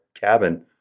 cabin